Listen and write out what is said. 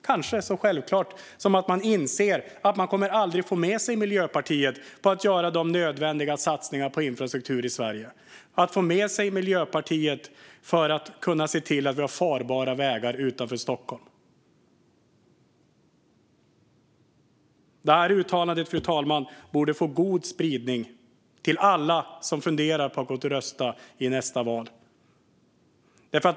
Kanske är det så att man inser att man aldrig kommer att få med sig Miljöpartiet på att göra de nödvändiga satsningarna på infrastruktur i Sverige och på att se till att vi har farbara vägar utanför Stockholm. Det här uttalandet borde, fru talman, få god spridning till alla som funderar på att gå och rösta i nästa val.